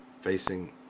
facing